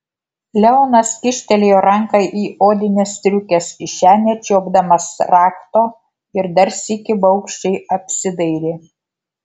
leonas kyštelėjo ranką į odinės striukės kišenę čiuopdamas rakto ir dar sykį baugščiai apsidairė